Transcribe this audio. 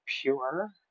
pure